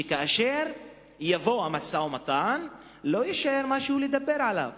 שכאשר יבוא המשא-ומתן לא יישאר משהו לדבר עליו